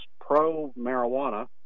pro-marijuana